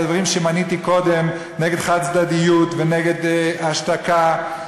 הדברים שמניתי קודם: נגד חד-צדדיות ונגד השתקה,